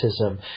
autism